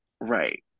Right